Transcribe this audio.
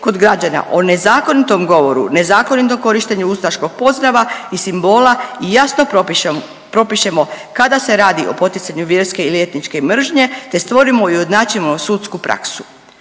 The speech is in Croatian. kod građana o nezakonitom govoru, nezakonitom korištenju ustaškog pozdrava i jasno propišemo kada se radi i o poticanju vjerske ili etničke mržnje te stvorimo ujednačenu sudsku praksu.